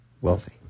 wealthy